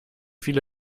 viele